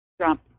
Trump